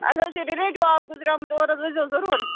اَسہِ حظ چھُ رِلیٹِو اَکھ گُزریومُت اور حظ وٲتۍزیو ضٔروٗر